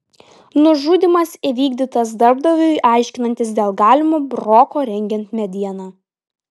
nužudymas įvykdytas darbdaviui aiškinantis dėl galimo broko rengiant medieną